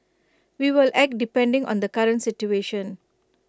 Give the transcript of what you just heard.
we will act depending on the current situation